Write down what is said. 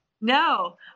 No